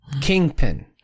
Kingpin